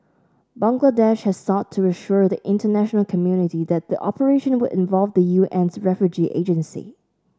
Bangladesh has sought to assure the international community that the operation would involve the U N's refugee agency